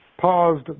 paused